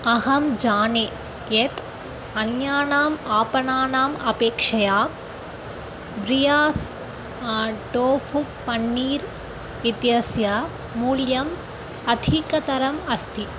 अहं जाने यत् अन्यानाम् आपणानाम् अपेक्षया ब्रियास् टोफ़ु पण्णीर् इत्यस्य मूल्यम् अधिकतरम् अस्ति